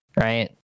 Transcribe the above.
right